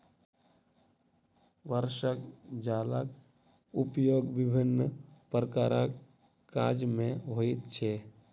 वर्षाक जलक उपयोग विभिन्न प्रकारक काज मे होइत छै